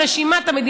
מי מכם שמקשיב,